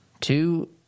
two